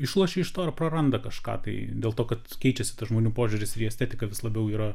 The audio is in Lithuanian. išlošia iš to ir praranda kažką tai dėl to kad keičiasi žmonių požiūris ir į estetiką vis labiau yra